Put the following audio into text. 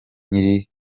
nyiri